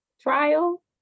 trial